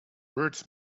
words